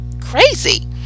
crazy